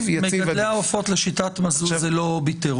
--- מגדלי העופות לשיטת מזוז זה לא אוביטר.